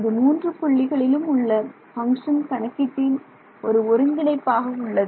அது மூன்று புள்ளிகளிலும் உள்ள பங்க்ஷன் கணக்கீட்டின் ஒரு ஒருங்கிணைப்பாக உள்ளது